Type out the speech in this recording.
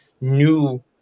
new